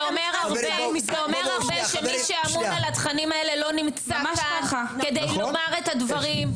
זה אומר הרבה שמי שאמון על התכנים האלה לא נמצא כאן כדי לומר את הדברים,